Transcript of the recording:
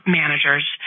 managers